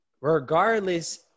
regardless